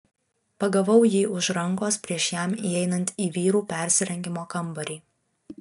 pagavau jį už rankos prieš jam įeinant į vyrų persirengimo kambarį